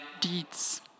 deeds